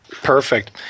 Perfect